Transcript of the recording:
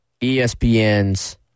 ESPN's